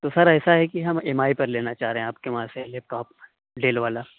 تو سر ایسا ہے کہ ہم ایم آئی پر لینا چاہ رہے ہیں آپ کے وہاں سے لیپ ٹاپ ڈیل والا